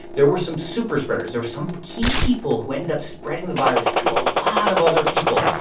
there were some superspreaders. there were some key people who ended up spreading the virus to a lot of other people.